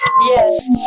Yes